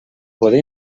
poder